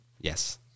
Yes